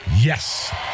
yes